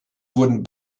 wurden